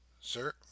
Sir